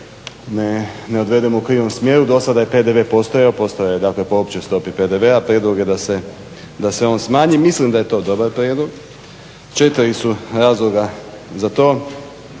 ne odvedem u krivom smjeru. Dosada je PDV postajao, dakle postojao je po općoj stopi PDV-a. prijedlog je da se on smanji. Mislim da je to dobar prijedlog. Četiri su razloga za to.